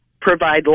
provide